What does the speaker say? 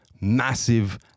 massive